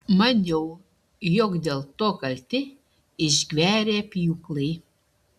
maniau jog dėl to kalti išgverę pjūklai